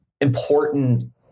important